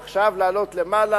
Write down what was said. ועכשיו לעלות למעלה,